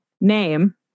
name